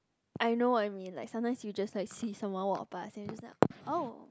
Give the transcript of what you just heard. I know what you mean like sometimes you just like see someone walk past then you just like oh